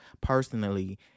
personally